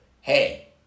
hey